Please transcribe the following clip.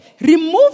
Remove